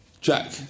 Jack